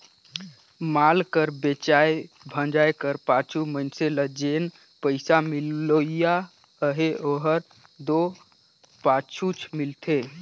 माल कर बेंचाए भंजाए कर पाछू मइनसे ल जेन पइसा मिलोइया अहे ओहर दो पाछुच मिलथे